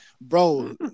Bro